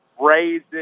raised